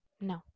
no